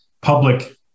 public